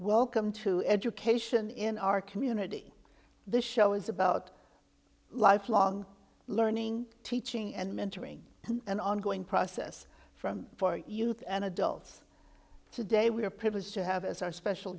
welcome to education in our community this show is about lifelong learning teaching and mentoring an ongoing process from for youth and adults today we are privileged to have as our special